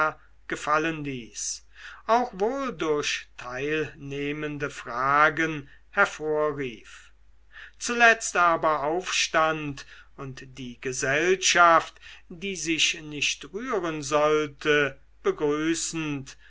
gefallen ließ auch wohl durch teilnehmende fragen hervorrief zuletzt aber aufstand und die gesellschaft die sich nicht rühren sollte begrüßend